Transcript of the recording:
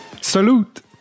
Salute